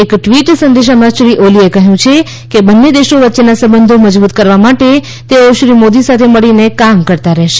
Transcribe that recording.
એક ટ્વી સંદેશમાં શ્રી ઓલીએ કહ્યું છે કે બંને દેશો વચ્ચેના સંબંધો મજબૂત કરવા માતે તેઓ શ્રી મોદી સાથે મળીને કામ કરતાં રહેશે